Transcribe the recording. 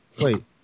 wait